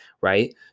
right